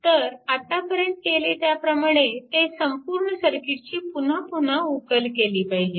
तर आतापर्यंत केले त्याप्रमाणे ते संपूर्ण सर्किटची पुन्हा पुन्हा उकल केली पाहिजे